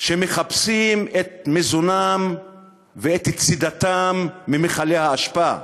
שמחפשים את מזונם ואת צידתם במכלי האשפה.